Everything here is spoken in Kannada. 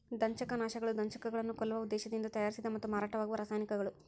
ದಂಶಕನಾಶಕಗಳು ದಂಶಕಗಳನ್ನು ಕೊಲ್ಲುವ ಉದ್ದೇಶದಿಂದ ತಯಾರಿಸಿದ ಮತ್ತು ಮಾರಾಟವಾಗುವ ರಾಸಾಯನಿಕಗಳು